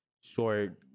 short